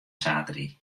saterdei